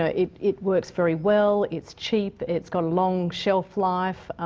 ah it it works very well, it's cheap, it's got a long shelf life,